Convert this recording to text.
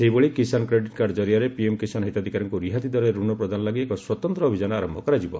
ସେହିଭଳି କିଷାନ କ୍ରେଡିଟ୍କାର୍ଡ ଜରିଆରେ ପିଏମ୍ କିଷାନ ହିତାଧିକାରୀଙ୍କୁ ରିହାତି ଦରରେ ଋଣ ପ୍ରଦାନ ଲାଗି ଏକ ସ୍ୱତନ୍ତ୍ର ଅଭିଯାନ ଆରମ୍ଭ କରାଯିବ